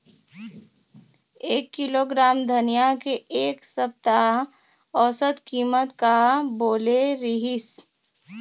एक किलोग्राम धनिया के एक सप्ता औसत कीमत का बोले रीहिस?